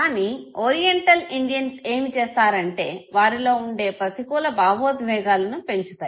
కానీ oriental Indians ఏమి చేస్తారంటే వారిలో వుండే ప్రతికూల భావోద్వేగాలను పెంచుతాయి